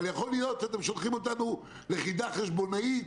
אבל יכול להיות שאתם שולחים אותנו לחידה חשבונאית